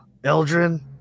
Eldrin